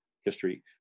history